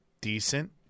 decent